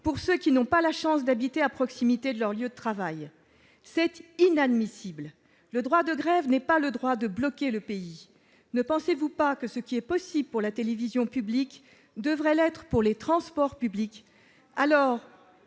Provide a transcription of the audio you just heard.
pour ceux qui n'ont pas la chance d'habiter à proximité de leur lieu de travail. C'est inadmissible ! Le droit de grève n'est pas le droit de bloquer le pays. Ne pensez-vous pas que ce qui est possible pour la télévision publique devrait l'être pour les transports publics ? Et